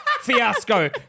fiasco